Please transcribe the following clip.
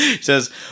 Says